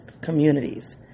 communities